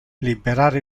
liberare